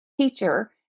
teacher